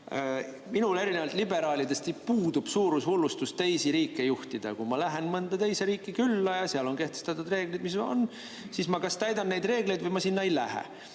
Minul erinevalt liberaalidest puudub suurushullustus teisi riike juhtida. Kui ma lähen mõnda teise riiki külla ja seal on kehtestatud reeglid, siis ma kas täidan neid reegleid või ma sinna ei lähe.